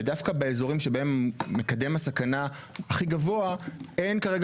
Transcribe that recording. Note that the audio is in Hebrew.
ודווקא באזורים שבהם מקדם הסכנה הכי גבוה אין כרגע